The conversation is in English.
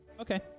Okay